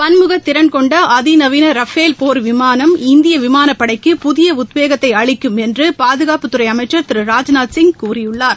பன்முகத் திறன் கொண்ட அதி நவீன ரபேல் போர் விமானம் இந்திய விமானப்படைக்கு புதிய உத்வேகத்தை அளிக்கும் என்று பாதுகாப்புத்துறை அமைச்சர் திரு ராஜ்நாத் சிங் கூறியுள்ளார்